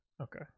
Okay